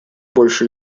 больше